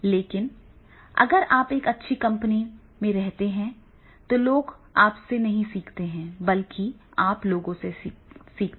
लेकिन अगर आप एक अच्छी कंपनी में हैं तो लोग आपसे नहीं सीख सकते बल्कि आप दूसरे लोगों से सीखेंगे